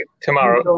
tomorrow